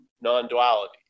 non-duality